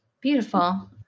beautiful